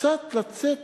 קצת לצאת